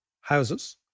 houses